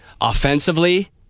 Offensively